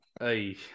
Hey